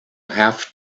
have